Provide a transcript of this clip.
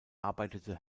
arbeitete